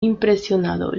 impresionado